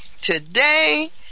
Today